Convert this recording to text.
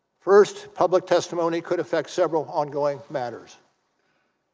first public testimony could affect several ongoing matters